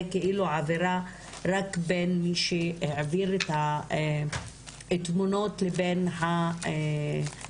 כאילו עבירה רק בין מי שהעביר את התמונות לבין האישה